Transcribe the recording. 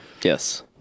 Yes